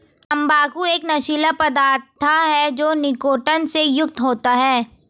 तंबाकू एक नशीला पदार्थ है जो निकोटीन से युक्त होता है